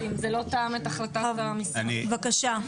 בבקשה.